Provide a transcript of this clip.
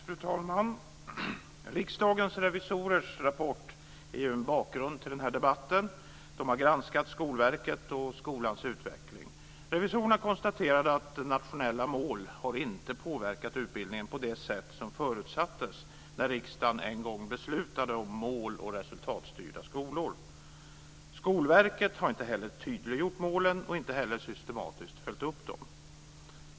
Fru talman! Riksdagens revisorers rapport är en bakgrund till den här debatten. De har granskat Skolverket och skolans utveckling. Revisorerna konstaterar att nationella mål inte har påverkat utbildningen på det sätt som förutsattes när riksdagen en gång beslutade om mål och resultatstyrda skolor. Skolverket har inte heller tydliggjort målen och systematiskt följt upp dem.